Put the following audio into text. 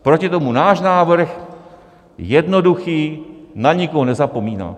Proti tomu náš návrh jednoduchý, na nikoho nezapomíná.